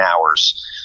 hours